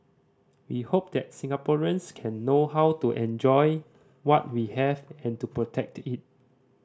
he hoped that Singaporeans can know how to enjoy what we have and to protect it